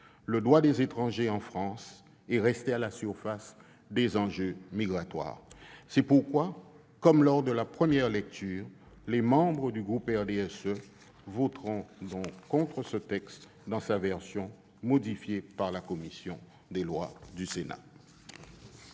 le droit des étrangers en France, et rester à la surface des enjeux migratoires. C'est pourquoi, comme lors de la première lecture, les membres du groupe du RDSE voteront contre ce texte, dans sa version modifiée par la commission des lois du Sénat.